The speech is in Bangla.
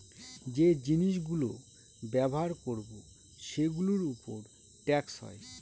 যে জিনিস গুলো ব্যবহার করবো সেগুলোর উপর ট্যাক্স হয়